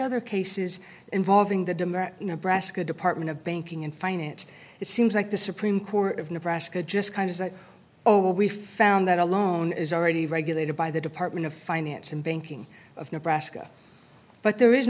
other cases involving the demurrer nebraska department of banking and finance it seems like the supreme court of nebraska just kind of oh well we found that alone is already regulated by the department of finance and banking of nebraska but there is